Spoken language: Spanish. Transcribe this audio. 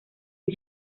the